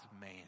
man